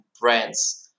brands